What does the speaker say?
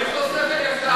יש לו שכל ישר.